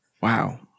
Wow